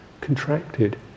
contracted